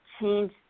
change